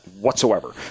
whatsoever